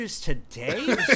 today